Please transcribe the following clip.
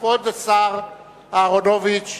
כבוד השר אהרונוביץ,